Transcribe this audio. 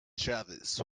travis